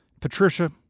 Patricia